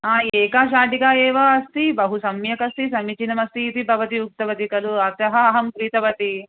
एका शाटिका एव अस्ति बहुसम्यक् अस्ति समीचीनम् अस्ति इति भवति उक्तवति खलु अतः अहं क्रीतवती